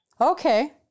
Okay